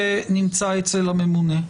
זה נמצא אצל הממונה.